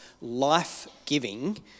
life-giving